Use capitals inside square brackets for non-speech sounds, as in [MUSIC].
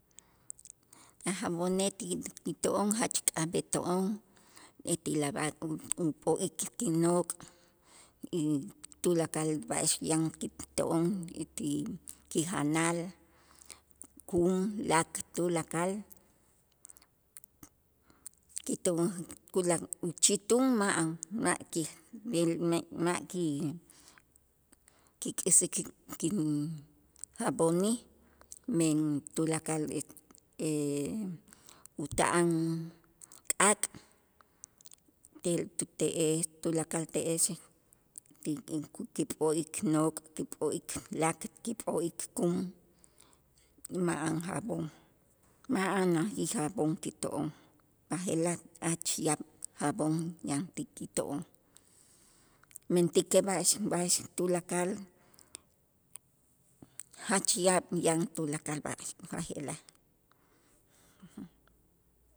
A' jab'onej ti kito'on jach k'ab'eto'on eti lavar up'o'ik kinok' y tulakal b'a'ax yan kito'on y ti kijanal kum, lak tulakal kito'on kula uchitun ma'an ma' kib'el me' ma' ki- kik'isik kin jab'onej, men tulakal [HESITATION] ut'an k'aak' tel tu te'es tulakal te'esej ti [UNINTELLIGIBLE] ti p'o'ik nok', kip'o'ik lak, kip'o'ik kum y ma'an jabón ma'anajij jabón ti to'on, b'aje'laj jach yaab' jabón yan ti kito'on, mentäkej b'a'ax tulakal jach yaab' yan tulakal b'a'ax uja' je'la'. [HESITATION]